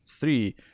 three